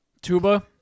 Tuba